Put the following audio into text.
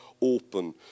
open